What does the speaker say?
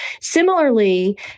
Similarly